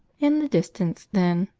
in the distance, then,